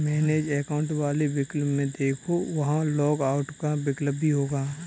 manage account वाले विकल्प में देखो, वहां लॉग आउट का विकल्प भी होगा